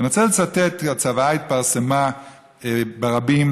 אני רוצה לצטט, הצוואה התפרסמה ברבים,